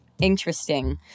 Interesting